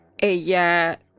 ella